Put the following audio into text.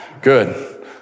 Good